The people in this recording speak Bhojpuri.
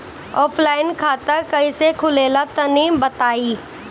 ऑफलाइन खाता कइसे खुलेला तनि बताईं?